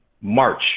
March